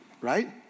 right